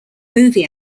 movie